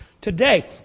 today